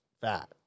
fat